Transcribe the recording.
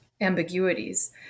ambiguities